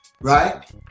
right